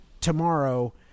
tomorrow